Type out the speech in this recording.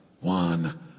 one